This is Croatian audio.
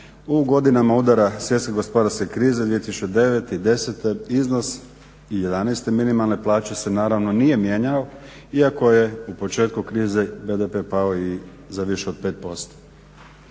u godinama udara svjetske gospodarske krize 2009., 2010.iznos i 2011.minimalna plaća se naravno nije mijenjao iako je u početku krize BDP pao i za više od 5%.